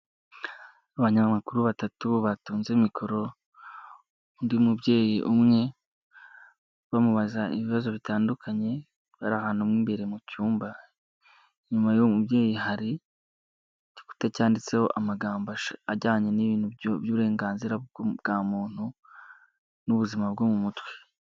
Abanyamakuru batatu batunze mikoro undi mubyeyi umwe, bamubaza ibibazo bitandukanye, bari ahantu imbere mu cyumba, inyuma y'uwo mubyeyi hari igikuta cyanditseho amagambo ajyanye n'ibintu by'uburenganzira bwa muntu n'ubuzima bwo mu mutwe.